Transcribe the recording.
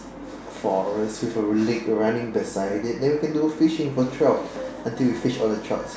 a forest with a lake running beside it then we can do fishing for trout until we fish all the trout